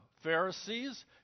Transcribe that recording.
Pharisees